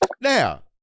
Now